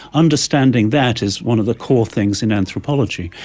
understanding that is one of the core things in anthropology.